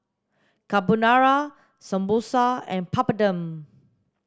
Carbonara Samosa and Papadum